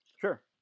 Sure